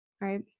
Right